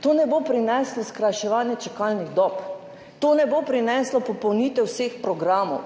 to ne bo prineslo skrajševanja čakalnih dob, to ne bo prineslo popolnitev vseh programov.